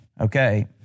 Okay